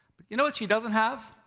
you know what she doesn't have?